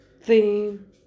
theme